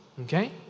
Okay